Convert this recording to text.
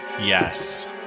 Yes